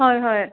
হয় হয়